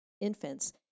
infants